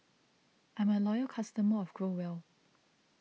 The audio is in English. I'm a loyal customer of Growell